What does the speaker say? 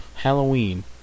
Halloween